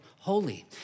Holy